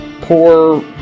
poor